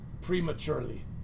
prematurely